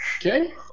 Okay